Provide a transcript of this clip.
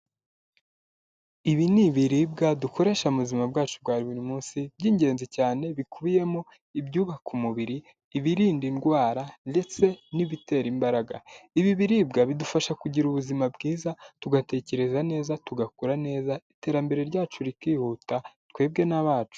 Ibi ni ibiribwa dukoresha mu buzima bwacu bwa buri munsi by'ingenzi cyane bikubiyemo ibyubaka umubiri, ibirinda indwara ndetse n'ibitera imbaraga. Ibi biribwa bidufasha kugira ubuzima bwiza tugatekereza neza. tugakora neza, iterambere ryacu rikihuta twebwe n'abacu.